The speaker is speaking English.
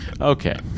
Okay